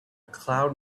cloud